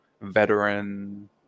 veteran